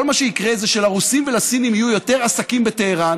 כל מה שיקרה זה שלרוסים ולסינים יהיו יותר עסקים בטהרן